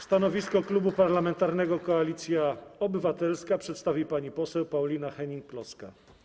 Stanowisko Klubu Parlamentarnego Koalicja Obywatelska przedstawi pani poseł Paulina Hennig-Kloska.